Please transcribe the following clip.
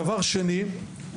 דבר שני,